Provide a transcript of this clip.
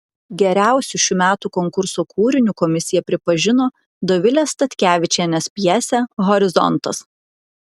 geriausiu šių metų konkurso kūriniu komisija pripažino dovilės statkevičienės pjesę horizontas